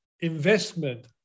investment